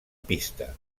pista